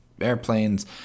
airplanes